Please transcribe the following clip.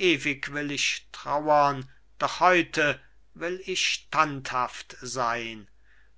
ewig will ich trauern doch heute will ich standhaft sein